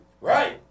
Right